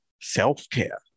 self-care